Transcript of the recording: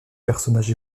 personnage